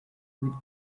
with